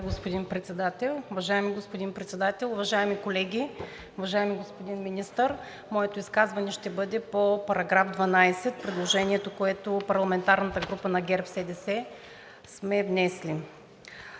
господин Председател, уважаеми колеги, уважаеми господин Министър! Моето изказване ще бъде по § 12 – предложението, което парламентарната група на ГЕРБ-СДС сме внесли.